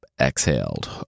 exhaled